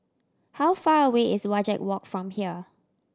how far away is Wajek Walk from here